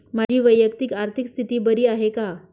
माझी वैयक्तिक आर्थिक स्थिती बरी आहे का?